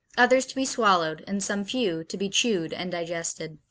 others to be swallowed, and some few to be chewed and digested